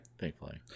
Thankfully